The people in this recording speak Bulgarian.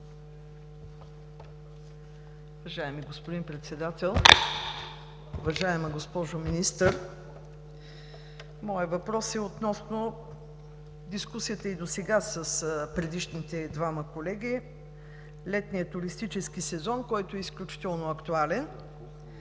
Уважаеми господин Председател, уважаема госпожо Министър! Моят въпрос е относно дискусията досега, с предишните двама колеги, за летния туристически сезон, който е изключително актуален.